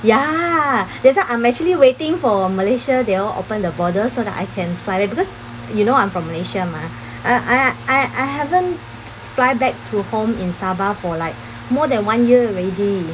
ya that's why I'm actually waiting for malaysia they all open the border so that I can fly there because you know I'm from Malaysia mah uh I I I haven't fly back to home in sabah for like more than one year already